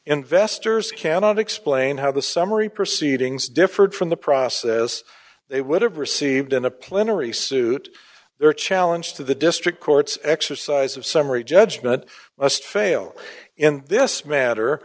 investors cannot explain how the summary proceedings differed from the process they would have received in a plenary suit their challenge to the district court's exercise of summary judgment must fail in this matter